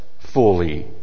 fully